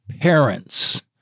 parents